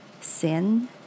sin